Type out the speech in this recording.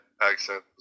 accent